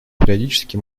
периодически